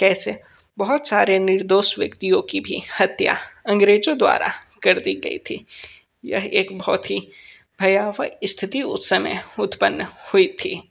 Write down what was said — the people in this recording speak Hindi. कैसे बहुत सारे निर्दोष व्यक्तियों की भी हत्या अंग्रेजों द्वारा कर दी गई थी यह एक बहुत ही भयावह स्थिति उस समय उत्पन्न हुई थी